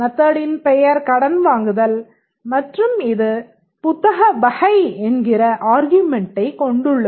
method in பெயர் கடன் வாங்குதல் மற்றும் இது புத்தக வகை என்கிற ஆர்குமென்ட்டைக் கொண்டுள்ளது